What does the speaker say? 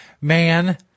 man